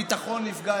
הביטחון נפגע,